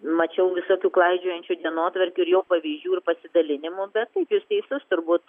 mačiau visokių klaidžiojančių dienotvarkių ir jo pavyzdžių ir pasidalinimų bet taip jūs teisus turbūt